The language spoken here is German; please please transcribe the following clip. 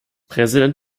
präsident